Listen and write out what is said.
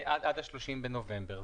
עד 30 בנובמבר.